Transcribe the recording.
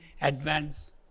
advance